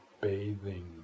bathing